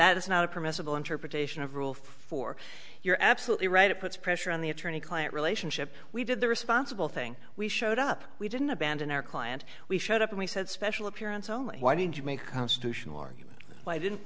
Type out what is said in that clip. that is not a permissible interpretation of rule four you're absolutely right it puts pressure on the attorney client relationship we did the responsible thing we showed up we didn't abandon our client we showed up and we said special appearance only why did you make constitutional argument why didn't